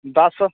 दस्स